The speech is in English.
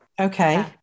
Okay